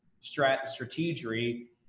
strategy